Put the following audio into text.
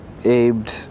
abed